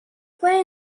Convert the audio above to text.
play